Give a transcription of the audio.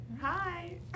Hi